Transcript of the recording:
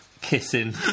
kissing